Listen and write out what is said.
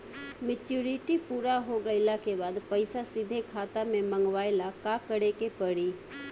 Maturity पूरा हो गइला के बाद पईसा सीधे खाता में मँगवाए ला का करे के पड़ी?